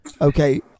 okay